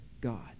God